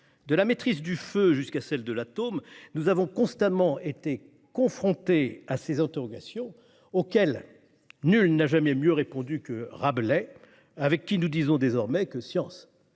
De la maîtrise du feu jusqu'à celle de l'atome, nous avons constamment été confrontés à ces interrogations auxquelles nul n'a jamais mieux répondu que Rabelais, avec qui nous disons désormais que « science